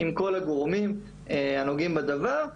עם כל הגורמים הנוגעים בדבר.